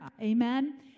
Amen